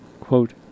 Quote